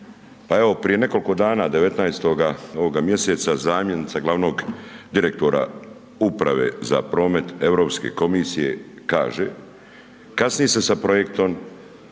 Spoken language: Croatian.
prije nekoliko dana 19. ovoga mjeseca zamjenica glavnog direktora Uprave za promet Europske komisije kaže, kasni se sa projektom